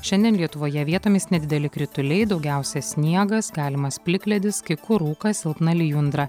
šiandien lietuvoje vietomis nedideli krituliai daugiausia sniegas galimas plikledis kai kur rūkas silpna lijundra